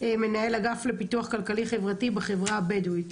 מנהל אגף לפיתוח כלכלי חברתי בחברה הבדואית,